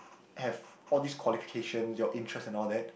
have all these qualifications your interest and all that